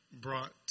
brought